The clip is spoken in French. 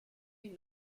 une